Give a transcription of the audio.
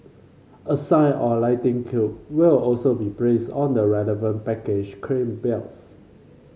a sign or lightning cube will also be placed on the relevant baggage claim belts